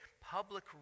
public